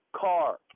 car